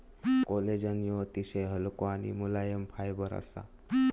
collagen ह्यो अतिशय हलको आणि मुलायम फायबर असा